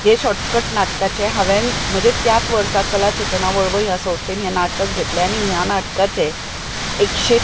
हे शोर्टकट नाटकाचें हांवें म्हणजे त्याच वर्सा कला चेतना वळवय ह्या संस्थेन हें नाटक घेतलें आनी ह्या नाटकाचे एकशे